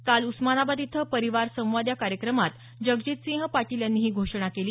काल उस्मानाबाद इथं परिवार संवाद या कार्यक्रमात जगजीतसिंह पाटील यांनी ही घोषणा केली